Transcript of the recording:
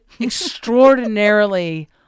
extraordinarily